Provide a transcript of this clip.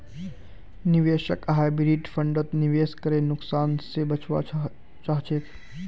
निवेशक हाइब्रिड फण्डत निवेश करे नुकसान से बचवा चाहछे